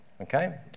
okay